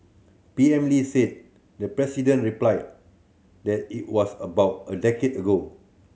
P M Lee said the president replied that it was about a decade ago